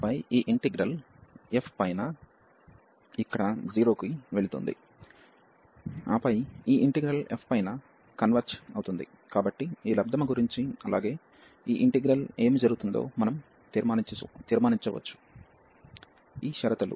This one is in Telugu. ఆపై ఈ ఇంటిగ్రల్ f పైన కన్వర్జ్ అవుతుంది కాబట్టి ఈ లబ్ధము గురించి అలాగే ఈ ఇంటిగ్రల్ ఏమి జరుగుతుందో మనం తీర్మానించవచ్చు